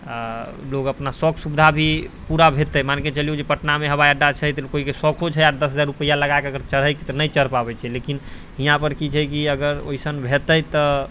आओर लोक अपना शौक सुविधा भी पूरा हेतै मानिकऽ चलू जे पटनामे हवाइअड्डा छै तऽ कोइके सौखो छै आठ दस हजार रुपैआ लगाकऽ अगर चढ़ैके तऽ नहि चढ़ि पाबै छै लेकिन यहाँपर की छै कि अगर ओइसन हेतै तऽ